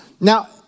Now